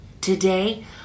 Today